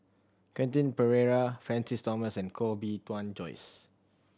Quentin Pereira Francis Thomas and Koh Bee Tuan Joyce